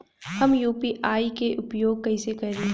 हम यू.पी.आई के उपयोग कइसे करी?